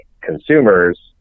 consumers